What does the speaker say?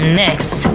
next